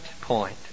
point